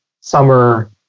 summer